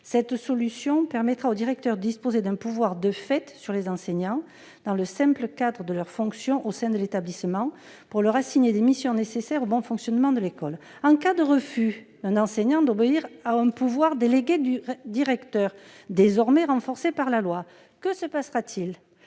Cette solution permettra aux directeurs de disposer d'un pouvoir de fait sur les enseignants, dans le simple cadre de leurs fonctions au sein de l'établissement, pour assigner à ces derniers des missions nécessaires au bon fonctionnement de l'école, mais, en cas de refus d'un enseignant d'obéir au pouvoir délégué du directeur, désormais renforcé par la loi, que se passera-t-il ?